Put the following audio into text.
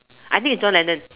I need John-Lennon